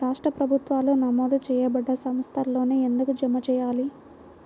రాష్ట్ర ప్రభుత్వాలు నమోదు చేయబడ్డ సంస్థలలోనే ఎందుకు జమ చెయ్యాలి?